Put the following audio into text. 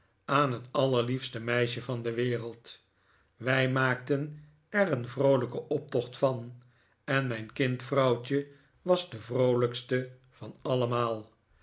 aan het allerliefste meisje van de wereld wij maakten er een vroolijken optocht van en mijn kind vrouwtje was de vroolijkste van allemaal